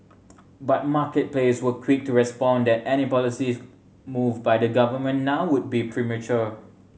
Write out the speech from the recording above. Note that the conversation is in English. but market players were quick to respond that any policies move by the government now would be premature